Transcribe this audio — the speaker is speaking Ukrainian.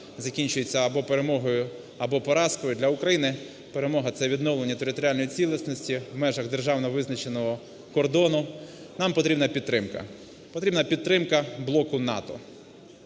закінчується або перемогою, або поразкою, для України перемога це відновлення територіальної цілісності в межах державно визначеного кордону, нам потрібна підтримка, потрібна підтримка блоку НАТО.